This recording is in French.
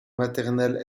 maternels